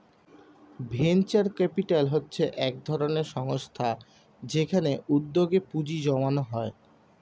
venture capital হচ্ছে একধরনের সংস্থা যেখানে উদ্যোগে পুঁজি জমানো হয়